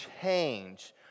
change